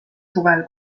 suvel